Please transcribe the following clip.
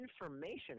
information